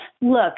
look